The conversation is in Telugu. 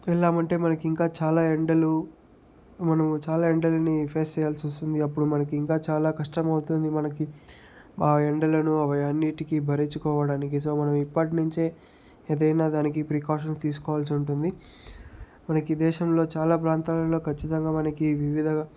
వెళ్ళామంటే మనకి ఇంకా చాలా ఎండలు మనము చాలా ఎండలని ఫేస్ చేయాల్సి వస్తుంది అప్పుడు మనకి ఇంకా చాలా కష్టమవుతుంది మనకి ఆ ఎండలను అన్నింటికీ భరించుకోవడానికి సో మనం ఇప్పటినుంచే ఏదైనా దానికి ప్రికాషన్స్ తీసుకోవాల్సి ఉంటుంది మనకి దేశంలో చాలా ప్రాంతాలలో ఖచ్చితంగా మనకి వివిధ